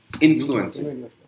influencing